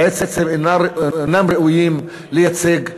בעצם אינם ראויים לייצג ציבור,